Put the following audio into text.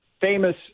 famous